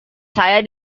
saya